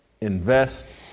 Invest